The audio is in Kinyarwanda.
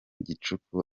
gicuku